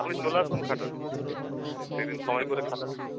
আপনি চলে আসুন খাটালে এক দিন সময় করে খাটালে চলে